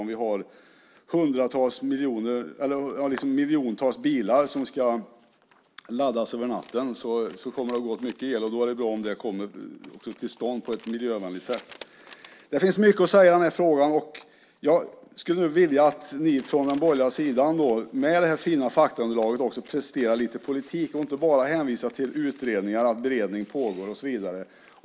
Om vi har miljontals bilar som ska laddas över natten kommer det att gå åt mycket el, och då är det bra om den kommer till stånd på ett miljövänligt sätt. Det finns mycket att säga i den här frågan. Jag skulle vilja att ni från den borgerliga sidan med det här fina faktaunderlaget också presterar lite politik och inte bara hänvisar till utredningar, att beredning pågår och så vidare.